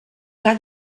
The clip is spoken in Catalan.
que